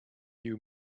you